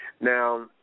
Now